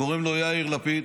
קוראים לו יאיר לפיד.